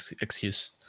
excuse